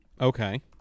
Okay